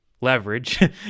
leverage